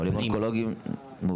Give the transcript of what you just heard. אבל חולים אונקולוגים מורשים לקבל.